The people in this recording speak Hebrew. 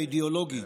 האידיאולוגי.